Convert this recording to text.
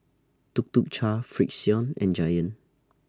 Tuk Tuk Cha Frixion and Giant